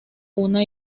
una